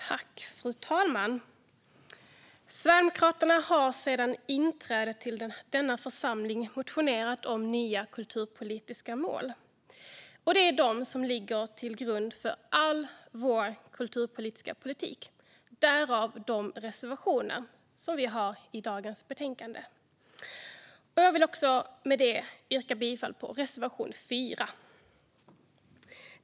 Fru talman! Sverigedemokraterna har sedan inträdet i denna församling motionerat om nya kulturpolitiska mål. Det är de som ligger till grund för all vår kulturpolitik, därav de reservationer vi har i dagens betänkande. Jag vill yrka bifall till reservation 4.